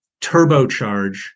turbocharge